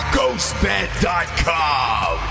Ghostbed.com